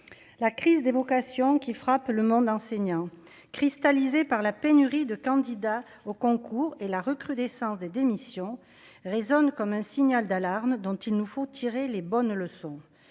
la crise des vocations qui. Frappe le monde enseignant cristallisés par la pénurie de candidats au concours et la recrudescence des démissions résonne comme un signal d'alarme dont il nous faut tirer les bonnes leçons